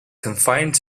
confined